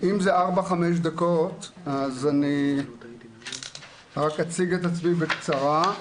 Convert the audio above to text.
אם זה ארבע-חמש דקות אז אני רק אציג את עצמי בקצרה,